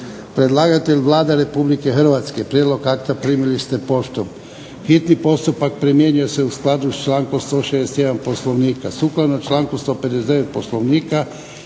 Predlagatelj Vlada Republike Hrvatske. Prijedlog akta primili ste poštom. Hitni postupak primjenjuje se u skladu s člankom 161. Poslovnika. Sukladno članku 159. Poslovnika